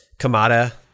Kamada